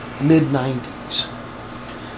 mid-90s